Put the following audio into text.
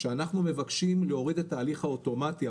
שאנחנו מבקשים להוריד את ההליך האוטומטי,